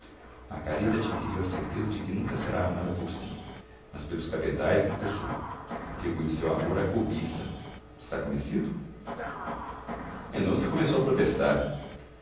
margarida adquiriu a certeza de que nunca será amada por si mas pelos cabedais que possui atribui o seu amor à cobiça está convencido mendonça começou a protestar